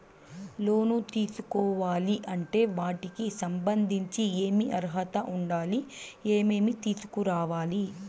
లోను తీసుకోవాలి అంటే వాటికి సంబంధించి ఏమి అర్హత ఉండాలి, ఏమేమి తీసుకురావాలి